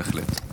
בהחלט.